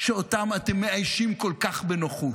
שאותם אתם מאיישים כל כך בנוחות.